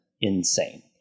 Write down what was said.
insane